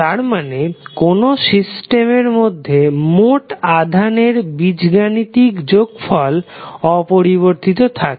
তার মানে কোন সিস্টেমের মধ্যে মোট আধানের বীজগাণিতিক যোগফল অপরিবর্তিত থাকে